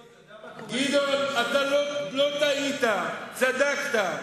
גדעון, אתה לא טעית, צדקת.